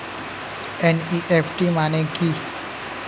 NEFT মানে কি?